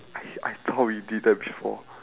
I I thought we did that before